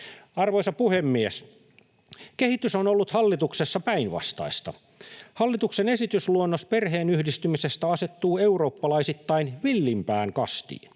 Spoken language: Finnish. Arvoisa puhemies! Kehitys on ollut hallituksessa päinvastaista. Hallituksen esitysluonnos perheenyhdistämisestä asettuu eurooppalaisittain villeimpään kastiin.